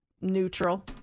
neutral